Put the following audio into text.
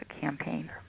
campaign